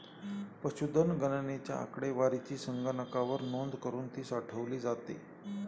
पशुधन गणनेच्या आकडेवारीची संगणकावर नोंद करुन ती साठवली जाते